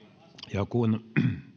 ja kun